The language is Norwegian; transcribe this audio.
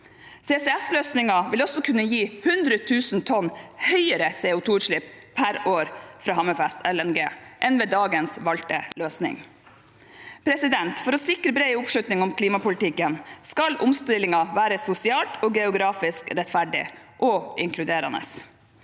CCS-løsningen vil også kunne gi 100000 tonn høyere CO2-utslipp per år fra Hammerfest LNG enn med dagens valgte løsning. For å sikre bred oppslutning om klimapolitikken skal omstillingen være sosialt og geografisk rettferdig og inkluderende.